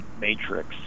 matrix